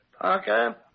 Parker